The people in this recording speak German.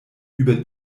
über